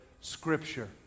Scripture